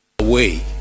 away